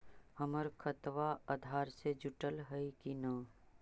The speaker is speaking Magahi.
हमर खतबा अधार से जुटल हई कि न?